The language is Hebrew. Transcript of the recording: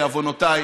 בעוונותיי,